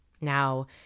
Now